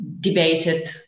debated